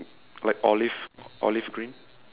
like olive olive green